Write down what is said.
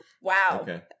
wow